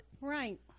right